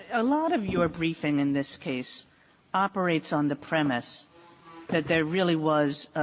a lot of your briefing in this case operates on the premise that there really was